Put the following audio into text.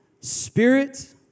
Spirit